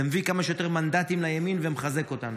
זה מביא כמה שיותר מנדטים לימין ומחזק אותנו.